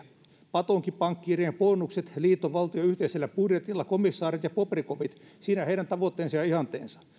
patonkipankkiirien bonukset liittovaltion yhteisellä budjetilla komissaarit ja bobrikovit siinä heidän tavoitteensa ja ihanteensa